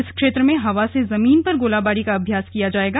इस क्षेत्र में हवा से जमीन पर गोलीबारी का अभ्यास किया जाएगा